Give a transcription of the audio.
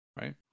Right